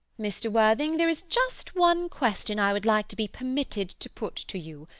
mr. worthing, there is just one question i would like to be permitted to put to you.